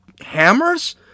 hammers